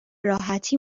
راحتی